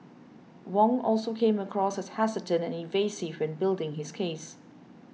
Wong also came across as hesitant and evasive when building his case